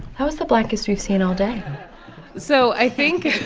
that was the blackest we've seen all day so i think